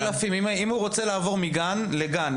הוא רוצה לעבור מגן לגן,